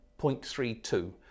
0.32